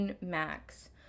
max